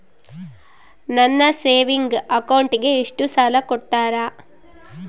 ನನ್ನ ಸೇವಿಂಗ್ ಅಕೌಂಟಿಗೆ ಎಷ್ಟು ಸಾಲ ಕೊಡ್ತಾರ?